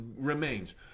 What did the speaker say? remains